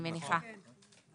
אני מניחה.